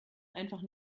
einfach